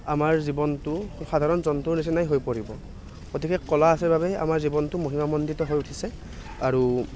আমাৰ জীৱনটো সাধাৰণ জন্তুৰ নিচিনাই হৈ পৰিব গতিকে কলা আছে বাবেই আমাৰ জীৱনটো মহিমামণ্ডিত হৈ উঠিছে আৰু